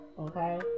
Okay